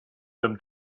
them